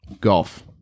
golf